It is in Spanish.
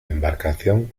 embarcación